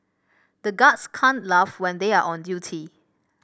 the guards can't laugh when they are on duty